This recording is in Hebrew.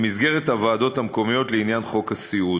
במסגרת הוועדות המקומיות לעניין חוק סיעוד.